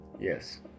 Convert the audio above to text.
Yes